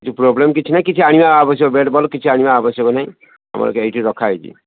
କିଛି ପ୍ରୋବ୍ଲେମ୍ କିଛି ନାହିଁ କିଛି ଆଣିବା ଆବଶ୍ୟକ ବ୍ୟାଟ୍ ବଲ୍ କିଛି ଆଣିବା ଆବଶ୍ୟକ ନାହିଁ ଆମର ଏଇଠି ରଖା ହୋଇଛି